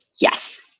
Yes